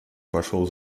пошел